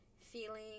feeling